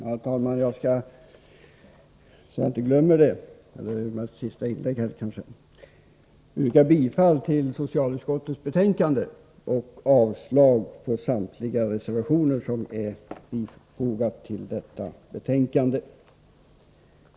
Herr talman! Jag skall, så att jag inte glömmer det — det här är kanske mitt sista inlägg i debatten — yrka bifall till socialutskottets hemställan och avslag på samtliga reservationer som är fogade till betänkandet.